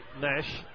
Nash